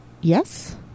Yes